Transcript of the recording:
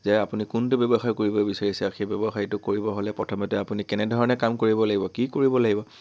যে আপুনি কোনটো ব্যৱসায় কৰিব বিচাৰিছে আও সেই ব্যৱসায়টো কৰিব হ'লে প্ৰথমতে আপুনি কেনেধৰণে কাম কৰিব লাগিব কি কৰিব লাগিব